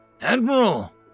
Admiral